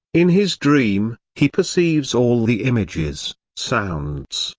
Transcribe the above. in his dream, he perceives all the images, sounds,